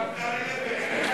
תשאל את,